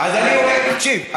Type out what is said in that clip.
תקשיב,